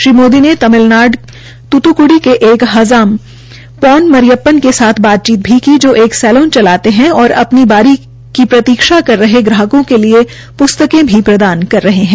श्री मोदी ने तिमलनाडू तूतूकड़ी के एक हजाम पौन मरियप्पन के साथ बातचीत भी की जो एक सैलून चलाते हे और अपनी बारी की प्रतीक्षा कर रहे ग्राहकों के लिए प्स्तकें भी प्रदान कर रहे है